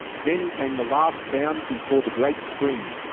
then came the last bound before the great spring.